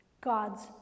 God's